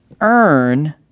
earn